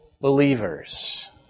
believers